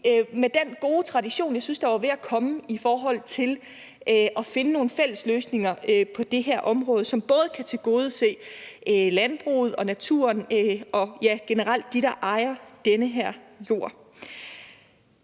med den gode tradition, der var ved at komme i forhold til at finde nogle fælles løsninger på det her område, som både kan tilgodese landbruget og naturen og generelt dem, der ejer den her jord.